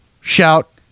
shout